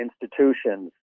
institutions